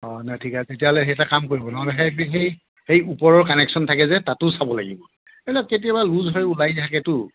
অ' নাই ঠিকেই আছে তেতিয়াহলে এটা কাম কৰিব নহ'লে সেইপিনে সেই ওপৰৰ কানেকচন থাকে যে তাতো চাব লাগিব এইবিলাক কেতিয়াবা লুজ হৈ ওলাই থাকেটো